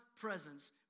presence